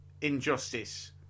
Injustice